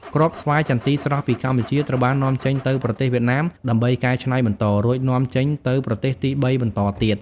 គ្រាប់ស្វាយចន្ទីស្រស់ពីកម្ពុជាត្រូវបាននាំចេញទៅវៀតណាមដើម្បីកែច្នៃបន្ត រួចនាំចេញទៅប្រទេសទីបីបន្តទៀត។